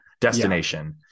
destination